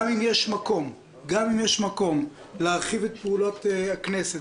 גם אם יש מקום להרחיב את פעולות הכנסת